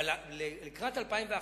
לקראת 2011